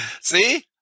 See